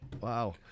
Wow